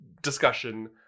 discussion